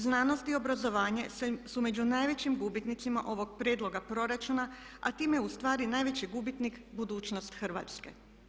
Znanost i obrazovanje su među najvećim gubitnicima ovoga prijedloga proračuna a time je ustvari najveći gubitnik budućnost Hrvatske.